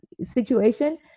situation